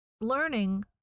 learning